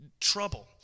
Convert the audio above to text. trouble